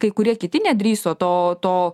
kai kurie kiti nedrįso to to